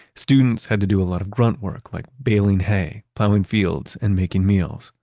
students had to do a lot of grunt work like bailing hay, plowing fields and making meals,